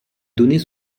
donner